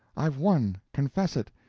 i've won confess it!